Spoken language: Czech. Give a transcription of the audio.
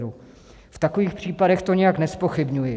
V takových případech to nijak nezpochybňuji.